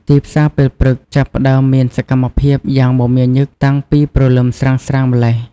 ទីផ្សារពេលព្រឹកចាប់ផ្ដើមមានសកម្មភាពយ៉ាងមមាញឹកតាំងពីព្រលឹមស្រាងៗម៉្លេះ។